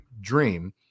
dream